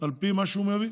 על פי מה שהוא מביא.